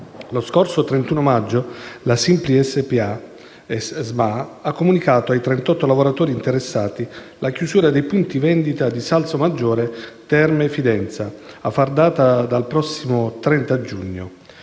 Lo scorso 31 maggio, la Simply SMA ha comunicato ai 38 lavoratori interessati la chiusura dei punti vendita di Salsomaggiore Terme e Fidenza a far data dal prossimo 30 giugno.